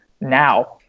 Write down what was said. now